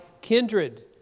kindred